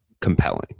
compelling